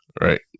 right